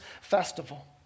festival